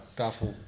tafel